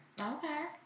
okay